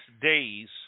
days